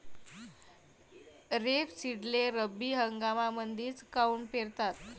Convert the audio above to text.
रेपसीडले रब्बी हंगामामंदीच काऊन पेरतात?